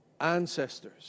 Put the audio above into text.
ancestors